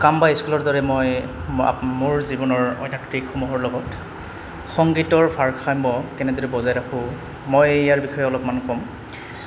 কাম বা স্কুলৰ দৰে মই মোৰ জীৱনৰ লগত সংগীতৰ ভাৰসাম্য কেনেদৰে বজাই ৰাখোঁ মই ইয়াৰ বিষয়ে অলপমান ক'ম